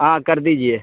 ہاں کر دیجیے